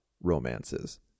romances